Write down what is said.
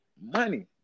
money